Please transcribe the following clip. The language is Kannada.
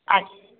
ಆಯಿತು